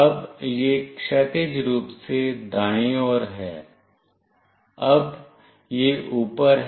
अब यह क्षैतिज रूप से दाएं ओर है अब यह ऊपर है